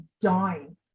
dying